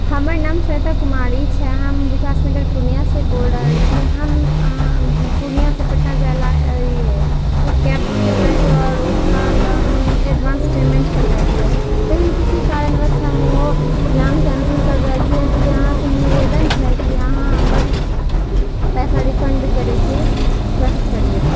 हमर नाम श्वेता कुमारी छै हम विकास नगर पूर्णिया से बोल रहल छियै हम पूर्णिया से पटना जाए ला एक कैब बुक करल रहिऐ आओर ओकरा लऽ हम एडवांस पेमेन्ट करने रहियै लेकिन किसी कारणवश हम ओहो प्लान कैंसिल करि रहल छिऐ इसलिए अहाँसँ निवेदन छै कि अहाँ हमर पैसा रिफंड करैके कष्ट करिऔ